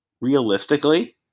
realistically